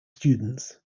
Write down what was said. students